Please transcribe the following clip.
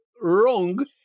wrong